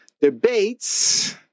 debates